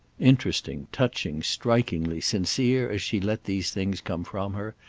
interesting, touching, strikingly sincere as she let these things come from her,